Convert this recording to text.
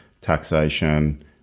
taxation